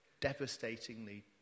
devastatingly